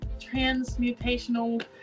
transmutational